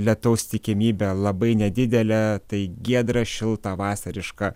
lietaus tikimybė labai nedidelė tai giedra šilta vasariška